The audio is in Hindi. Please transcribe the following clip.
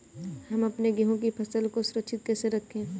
हम अपने गेहूँ की फसल को सुरक्षित कैसे रखें?